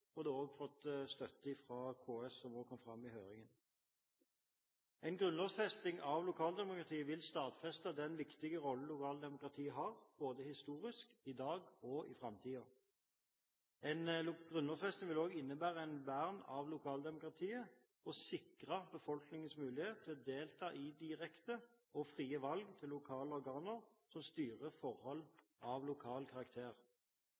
og det har også fått støtte fra KS, som det også kom fram i høringen. En grunnlovfesting av lokaldemokratiet vil stadfeste den viktige rollen lokaldemokratiet har både historisk, i dag og i framtiden. En grunnlovfesting vil også innebære et vern av lokaldemokratiet og sikre befolkningens mulighet til å delta i direkte og frie valg til lokale organer som styrer forhold av lokal karakter.